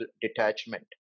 detachment